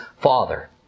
father